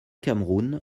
cameroun